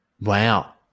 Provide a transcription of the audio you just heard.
Wow